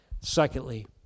Secondly